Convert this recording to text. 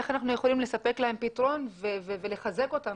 איך אפשר לספק להם פתרון ולחזק אותם.